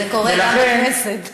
וזה קורה גם בכנסת.